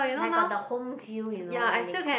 like got the home feel you know when they cook